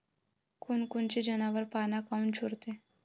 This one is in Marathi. कोनकोनचे जनावरं पाना काऊन चोरते?